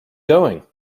going